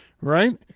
right